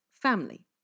Family